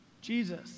Jesus